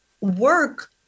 work